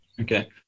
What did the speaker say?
Okay